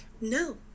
no